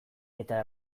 eta